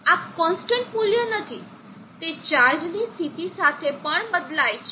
આ કોન્સ્ટન્ટ મૂલ્ય નથી તે ચાર્જની સ્થિતિ સાથે પણ બદલાય છે